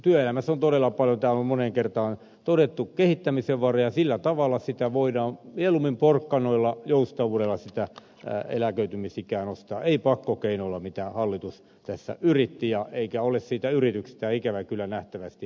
työelämässä on todella paljon kuten täällä on moneen kertaan todettu kehittämisen varaa ja mieluummin voidaan porkkanoilla joustavuudella eläköitymisikää nostaa ei pakkokeinoilla mitä hallitus tässä yritti eikä ole siitä yrityksestä ikävä kyllä nähtävästi vieläkään luopunut